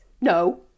No